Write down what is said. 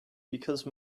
because